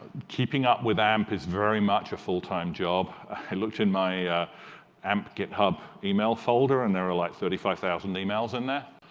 keeping up with amp is very much a full-time job. i looked in my amp github email folder, and there were like thirty five thousand e-mails in there.